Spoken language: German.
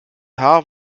haar